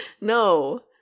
No